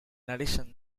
addition